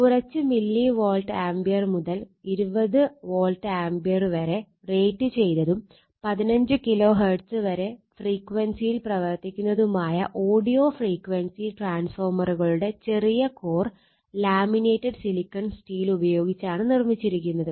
കുറച്ച് millivolt ampere മുതൽ 20 volt ampere വരെ റേറ്റുചെയ്തതും 15 കിലോ ഹെർട്സ് വരെ ഫ്രീക്വൻസിയിൽ പ്രവർത്തിക്കുന്നതുമായ ഓഡിയോ ഫ്രീക്വൻസി ട്രാൻസ്ഫോർമറുകളുടെ ചെറിയ കോർ ലാമിനേറ്റഡ് സിലിക്കൺ സ്റ്റീൽ ഉപയോഗിച്ചാണ് നിർമ്മിച്ചിരിക്കുന്നത്